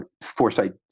Foresight